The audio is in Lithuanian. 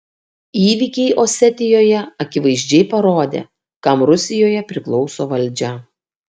įvykiai osetijoje akivaizdžiai parodė kam rusijoje priklauso valdžia